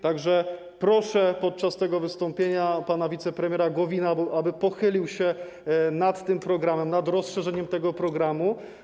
Tak że podczas tego wystąpienia proszę pana wicepremiera Gowina, aby pochylił się nad tym programem, nad rozszerzeniem tego programu.